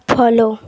follow